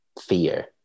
fear